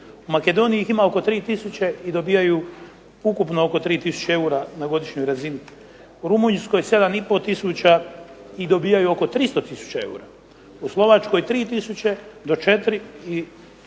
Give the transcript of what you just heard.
U Makedoniji ih ima oko 3 tisuće i dobivaju ukupno oko 3 tisuće eura na godišnjoj razini. U Rumunjskoj 7,5 tisuća i dobivaju oko 300 tisuća eura. U Slovačkoj 3 tisuće do 4